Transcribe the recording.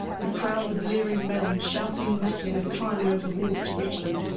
with crowds of leering men shouting, whistling and climbing over the walls to reach them.